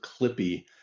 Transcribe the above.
clippy